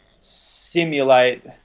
simulate